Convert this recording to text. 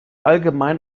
allgemein